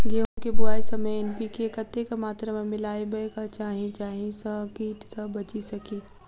गेंहूँ केँ बुआई समय एन.पी.के कतेक मात्रा मे मिलायबाक चाहि जाहि सँ कीट सँ बचि सकी?